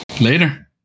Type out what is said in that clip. Later